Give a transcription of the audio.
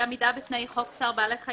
עמידה בתנאי חוק צער בעלי חיים,